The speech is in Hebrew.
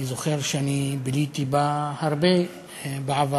אני זוכר שביליתי בה הרבה בעבר.